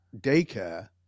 daycare